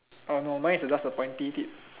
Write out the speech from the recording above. oh no mine is just a pointy tip